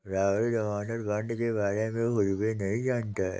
राहुल ज़मानत बॉण्ड के बारे में कुछ भी नहीं जानता है